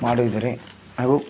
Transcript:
ಮಾಡಿದರೆ ಅವು